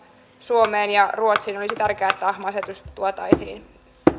suomeen ja ruotsiin olisi tärkeää että ahma asetus tuotaisiin